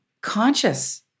conscious